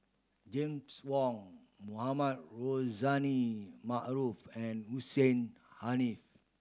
James Wong Mohamed Rozani Maarof and Hussein Haniff